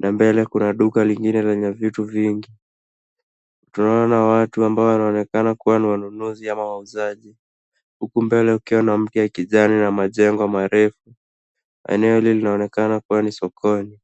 na mbele kuna duka lingine lenye vitu vingi . Tunaona watu ambao wanaonekana kuwa ni wanunuzi au wauzaji huku mbele kukiwa na miti ya kijani na majengo marefu. Eneo hili linaonekana kuwa ni sokoni.